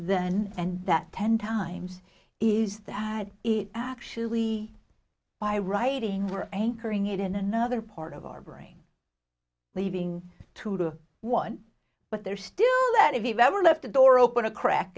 then and that ten times is that it actually by writing for anchoring it in another part of our brain leaving two to one but there's still that if you've ever left a door open a crack